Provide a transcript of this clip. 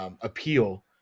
appeal